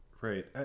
Right